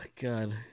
God